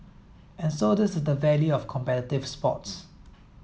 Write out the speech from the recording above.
and so this is the value of competitive sports